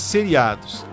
Seriados